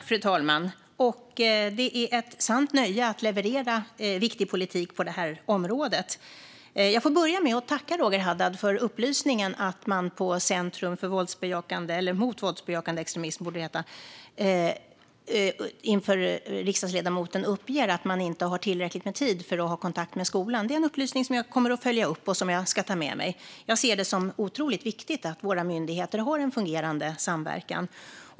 Fru talman! Det är ett sant nöje att leverera viktig politik på det här området. Jag får börja med att tacka Roger Haddad för upplysningen att Center mot våldsbejakande extremism inför riksdagsledamoten uppger att man inte har tillräckligt med tid för att ha kontakt med skolan. Det är en upplysning som jag kommer att följa upp och som jag ska ta med mig. Jag ser det som otroligt viktigt att våra myndigheter har en fungerande samverkan.